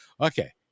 okay